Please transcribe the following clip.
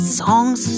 songs